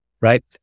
right